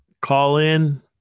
call-in